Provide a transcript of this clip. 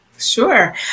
Sure